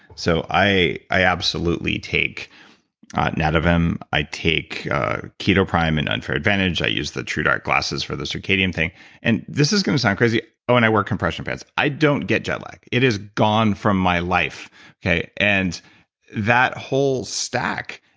so i i absolutely take nadovim, i take ketoprime and unfair advantage, i use the truedark glasses for the circadian thing and this is going to sound crazy. oh and i wear compression pants, i don't get jet lag. it is gone from my life and that whole stack,